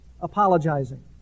Apologizing